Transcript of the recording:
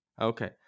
Okay